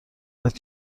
هست